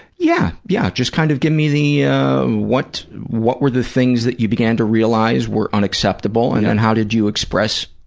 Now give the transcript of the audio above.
yeah. yeah, just kind of give me the what, what were the things that you began to realize were unacceptable, and then how did you express,